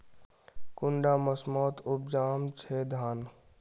कुंडा मोसमोत उपजाम छै धान?